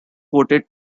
voted